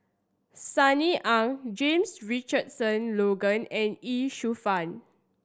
Sunny Ang James Richardson Logan and Ye Shufang